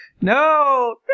No